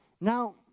Now